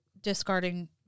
discarding